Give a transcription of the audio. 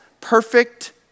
perfect